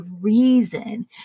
reason